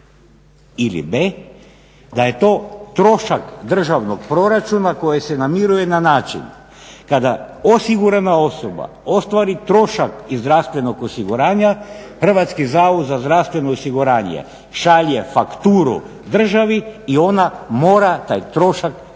ili b) da je to trošak državnog proračuna koji se namiruje na način kada osigurana osoba ostvari trošak iz zdravstvenog osiguranja Hrvatski zavod za zdravstveno osiguranje šalje fakturu državi i ona mora taj trošak kojega